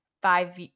five